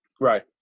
Right